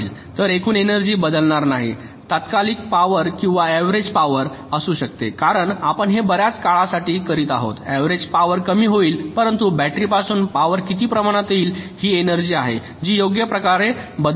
तर एकूण एनर्जी बदलणार नाही तात्कालिक पॉवर किंवा ऍव्हरेज पॉवर असू शकते कारण आपण हे बर्याच काळासाठी करत आहात ऍव्हरेज पॉवर कमी होईल परंतु बॅटरी पासून पॉवर किती प्रमाणात येईल ही एनर्जी आहे जी योग्य प्रकारे बदलणार नाही